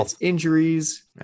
injuries